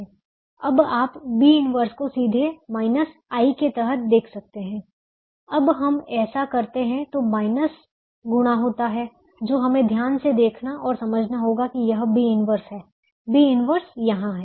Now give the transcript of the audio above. आप B 1 को सीधे माइनस I के तहत देख सकते हैं जब हम ऐसा करते हैं तो माइनस गुणा होता है जो हमें ध्यान से देखना और समझना होगा कि यह B 1 है B 1 यहां है